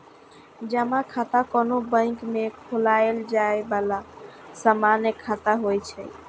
जमा खाता कोनो बैंक मे खोलाएल जाए बला सामान्य खाता होइ छै